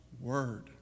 word